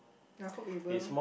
I hope it will